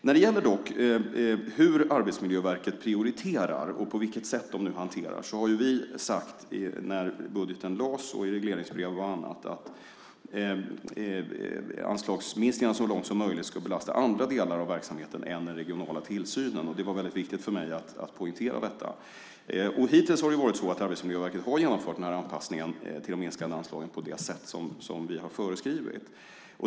När det gäller hur Arbetsmiljöverket prioriterar och på vilket sätt det hanterar det har vi sagt när budgeten lades fram och i regleringsbrev och annat att anslagsminskningen så långt som möjligt ska belasta andra delar av verksamheten än den regionala tillsynen. Det var väldigt viktigt för mig att poängtera detta. Hittills har det varit så att Arbetsmiljöverket har genomfört anpassningen till det minskade anslaget på det sätt som vi har föreskrivit.